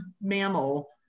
mammal